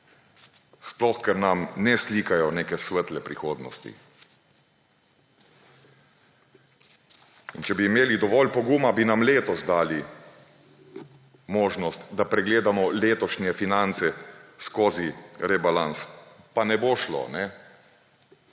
Sploh, ker nam ne slikajo neke svetle prihodnosti. Če bi imeli dovolj poguma, bi nam letos dali možnost, da pregledamo letošnje finance skozi rebalans. Pa ne bo šlo, ne?